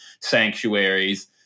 sanctuaries